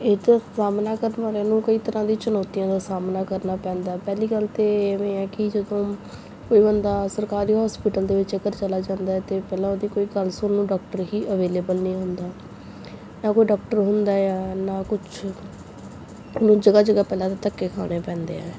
ਇਹ ਤਾਂ ਸਾਹਮਣਾ ਕਰਨ ਵਾਲਿਆਂ ਨੂੰ ਕਈ ਤਰ੍ਹਾਂ ਦੀ ਚੁਣੌਤੀਆਂ ਦਾ ਸਾਹਮਣਾ ਕਰਨਾ ਪੈਂਦਾ ਪਹਿਲੀ ਗੱਲ ਤਾਂ ਐਵੇਂ ਹੈ ਕਿ ਜਦੋਂ ਕੋਈ ਬੰਦਾ ਸਰਕਾਰੀ ਹੋਸਪੀਟਲ ਦੇ ਵਿੱਚ ਅਗਰ ਚਲਾ ਜਾਂਦਾ ਹੈ ਤਾਂ ਪਹਿਲਾਂ ਉਹਦੀ ਕੋਈ ਗੱਲ ਸੁਣਨ ਨੂੰ ਡਾਕਟਰ ਹੀ ਅਵੇਲੇਬਲ ਨਹੀਂ ਹੁੰਦਾ ਨਾ ਕੋਈ ਡਾਕਟਰ ਹੁੰਦਾ ਆ ਨਾ ਕੁਛ ਉਹਨੂੰ ਜਗ੍ਹਾ ਜਗ੍ਹਾ ਪਹਿਲਾਂ ਤਾਂ ਧੱਕੇ ਖਾਣੇ ਪੈਂਦੇ ਹੈ